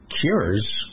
cures